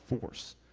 force